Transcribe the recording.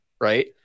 Right